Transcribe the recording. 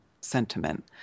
sentiment